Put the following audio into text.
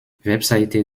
webseite